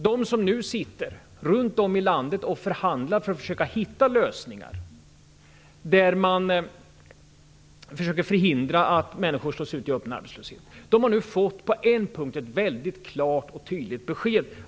De som nu sitter runt om i landet och förhandlar och försöker hitta lösningar för att förhindra att människor slås ut i öppen arbetslöshet har nu på en punkt fått ett väldigt klart och tydligt besked.